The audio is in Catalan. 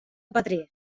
petrer